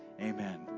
Amen